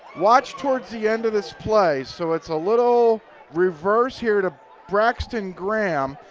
watch towards the end of this play. so its a little reverse here to braxton graham,